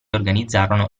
organizzarono